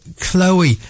chloe